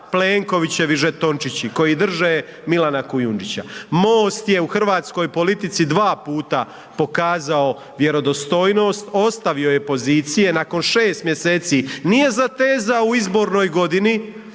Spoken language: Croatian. Plenkovićevi žetončići koji drže Milana Kujundžića. MOST je u hrvatskoj politici dva puta pokazao vjerodostojnost, ostavio je pozicije nakon 6 mjeseci, nije zatezao u izbornoj godini